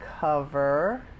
cover